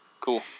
Cool